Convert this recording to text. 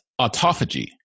autophagy